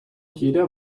jeder